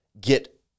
get